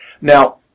now